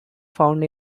found